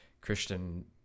Christian